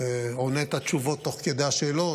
עונה את התשובות תוך כדי השאלות.